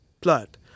blood